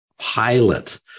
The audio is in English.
pilot